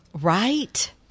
Right